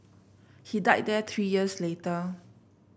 he died there three years later